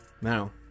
now